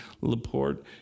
LaPorte